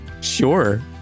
Sure